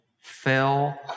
fell